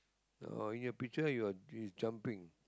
oh in your picture you're he is jumping